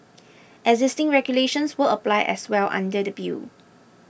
existing regulations will apply as well under the bill